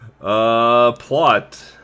Plot